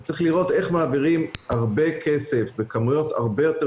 צריך לראות איך מעבירים הרבה כסף בכמויות הרבה יותר